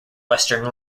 western